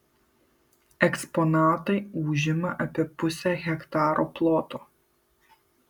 eksponatai užima apie pusę hektaro ploto